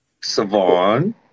Savon